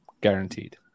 Guaranteed